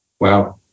Wow